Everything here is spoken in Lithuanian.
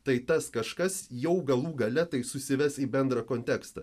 tai tas kažkas jau galų gale tai susives į bendrą kontekstą